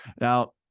now